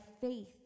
faith